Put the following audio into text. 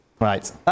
Right